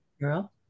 girl